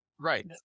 Right